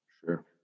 Sure